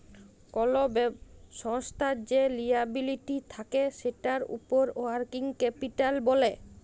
call সংস্থার যে liability থাক্যে সেটার উপর ওয়ার্কিং ক্যাপিটাল ব্যলে